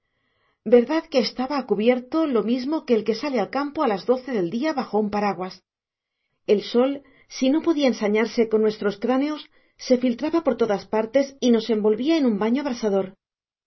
verdad que estaba a cubierto lo mismo que el que sale al campo a las doce del día bajo un paraguas el sol si no podía ensañarse con nuestros cráneos se filtraba por todas partes y nos envolvía en un baño abrasador